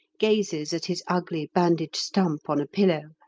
gazes at his ugly bandaged stump on a pillow,